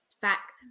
Fact